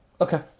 Okay